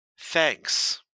thanks